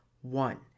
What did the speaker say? one